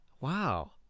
Wow